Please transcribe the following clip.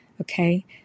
Okay